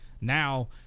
Now